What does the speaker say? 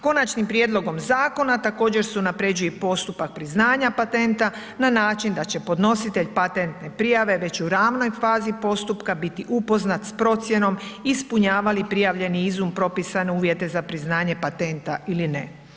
Konačnim prijedlogom zakona također se unapređuje i postupak priznanja patenta na način da će podnositelj patentne prijave već u ranoj fazi postupka biti upoznat s procjenom ispunjava li prijavljeni izum propisane uvjete za priznanje patenta ili ne.